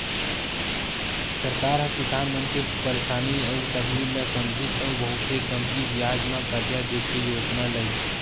सरकार ह किसान मन के परसानी अउ तकलीफ ल समझिस अउ बहुते कमती बियाज म करजा दे के योजना लइस